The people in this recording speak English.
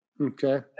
okay